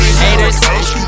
haters